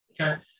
Okay